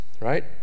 right